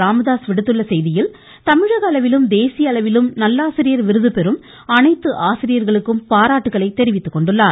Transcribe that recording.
ராமதாஸ் விடுத்துள்ள செய்தியில் தமிழக அளவிலும் தேசிய அளவிலும் நல்லாசிரியர் விருது பெறும் அனைத்து ஆசிரியர்களுக்கும் பாராட்டுக்களை தெரிவித்துக்கொண்டிருக்கிறார்